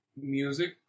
music